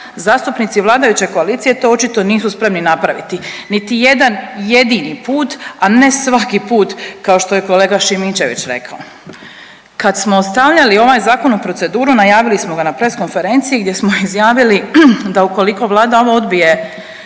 zastupnici vladajuće koalicije to očito nisu spremni napraviti. Niti jedan jedini put, a ne svaki put, kao što je kolega Šimičević rekao. Kad smo stavljali ovaj Zakon u proceduru najavili smo ga na press konferenciji gdje smo izjavili da ukoliko Vlada ovo odbije